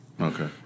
Okay